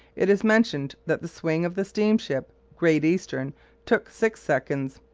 it is mentioned that the swing of the steam-ship great eastern took six seconds.